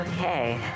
Okay